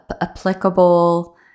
applicable